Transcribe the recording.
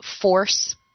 force